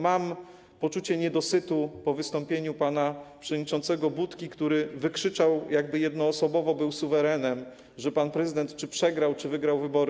Mam poczucie niedosytu po wystąpieniu pana przewodniczącego Budki, który wykrzyczał, jakby jednoosobowo był suwerenem, że pan prezydent czy przegrał, czy wygrał wybory.